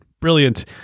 brilliant